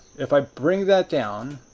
if i bring that down